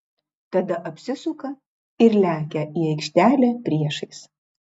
tada apsisuka ir lekia į aikštelę priešais